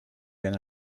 ben